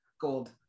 Gold